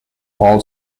all